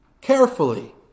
Carefully